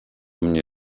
mnie